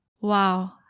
Wow